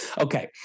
okay